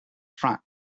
front